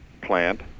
plant